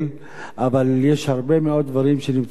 אבל יש הרבה מאוד דברים שנמצאים בקנה,